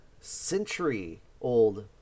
century-old